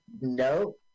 No